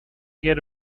get